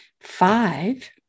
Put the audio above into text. five